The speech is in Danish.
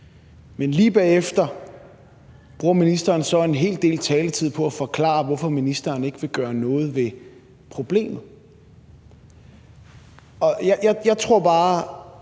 men lige bagefter bruger ministeren så en hel del taletid på at forklare, hvorfor ministeren ikke vil gøre noget ved problemet. Jeg tror bare,